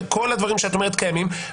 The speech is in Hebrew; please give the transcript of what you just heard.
כל הדברים שאת אומרת קיימים,